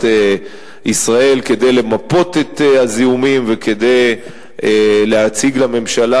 ישראל כדי למפות את הזיהומים וכדי להציג לממשלה,